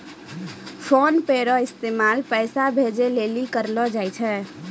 PhonePe रो इस्तेमाल पैसा भेजे लेली करलो जाय छै